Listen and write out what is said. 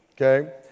okay